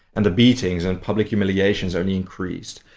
and the beatings and public humiliations only increased.